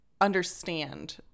understand